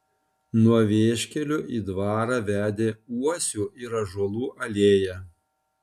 nuo vieškelio į dvarą vedė uosių ir ąžuolų alėja